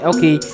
Okay